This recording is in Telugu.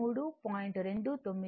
29 sin 36